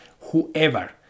whoever